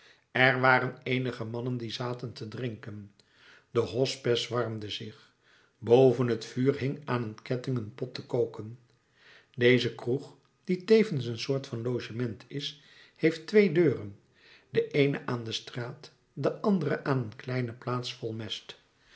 er waren eenige mannen die zaten te drinken de hospes warmde zich boven het vuur hing aan een ketting een pot te koken deze kroeg die tevens een soort van logement is heeft twee deuren de eene aan de straat de andere aan een kleine plaats vol mest